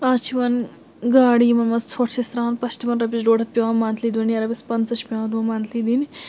آز چھِ یِوان گاڑِ یِمَن منٛز ژھۄٹھ چھِ أسۍ ترٛاوان پتہٕ چھِ تِمن رۄپِیس ڈۄڈ ہتھ پٮ۪وان مَنتھٕلی دیُن یا رۄپَیس پنٛژاہ چھِ پٮ۪وان تِمن مَنتھٕلی دِنۍ